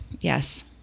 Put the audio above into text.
yes